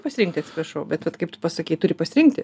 pasirinkti atsiprašau bet vat kaip tu pasakei turi pasirinkti